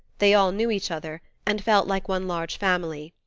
they all knew each other, and felt like one large family,